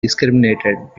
discriminated